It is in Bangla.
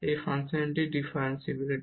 এই ফাংশনের ডিফারেনশিবিলিটি